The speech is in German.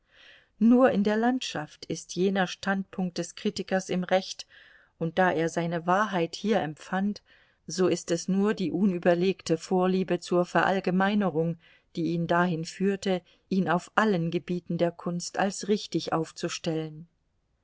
nur in der landschaft ist jener standpunkt des kritikers im recht und da er seine wahrheit hier empfand so ist es nur die unüberlegte vorliebe zur verallgemeinerung die ihn dahin führte ihn auf allen gebieten der kunst als richtig aufzustellen